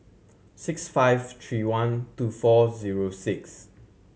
six five three one two four zero six